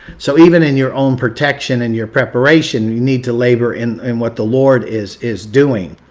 so even in your own protection, in your preparation, you need to labor in in what the lord is is doing.